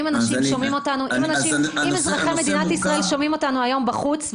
אם אזרחי מדינת ישראל שומעים אותנו היום בחוץ,